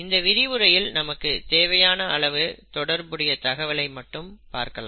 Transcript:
இந்த விரிவுரையில் நமக்கு தேவையான அளவு தொடர்புடைய தகவலை மட்டும் பார்க்கலாம்